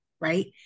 right